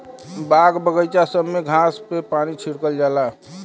बाग बगइचा सब में घास पे पानी छिड़कल जाला